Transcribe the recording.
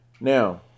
Now